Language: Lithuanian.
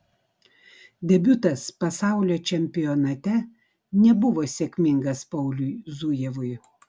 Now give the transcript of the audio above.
debiutas pasaulio čempionate nebuvo sėkmingas pauliui zujevui